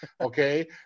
okay